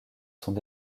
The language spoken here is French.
sont